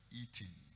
eating